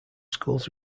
schools